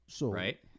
Right